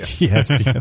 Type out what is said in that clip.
yes